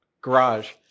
garage